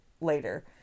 later